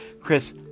Chris